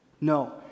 No